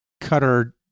cutter